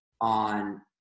on